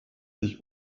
sich